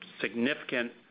significant